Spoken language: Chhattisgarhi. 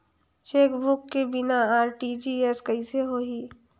चेकबुक के बिना आर.टी.जी.एस कइसे होही?